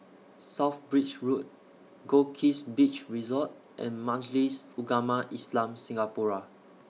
South Bridge Road Goldkist Beach Resort and Majlis Ugama Islam Singapura